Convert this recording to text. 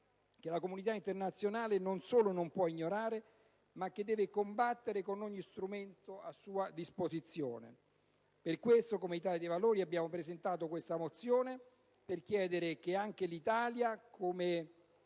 che la comunità internazionale non solo non può ignorare ma che deve combattere con ogni strumento a sua disposizione. Per questo, come Italia dei Valori, abbiamo presentato questa mozione per chiedere che anche l'Italia, più